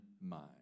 mind